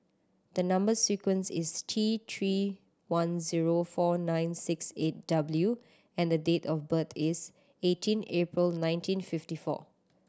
the number sequence is T Three one zero four nine six eight W and date of birth is eighteen April nineteen fifty four